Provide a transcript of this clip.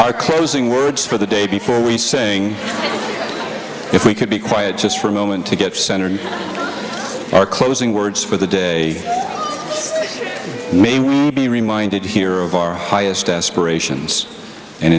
are closing words for the day before we saying if we could be quiet just for a moment to get centered our closing words for the day may be reminded here of our highest aspirations and